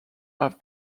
have